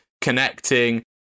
connecting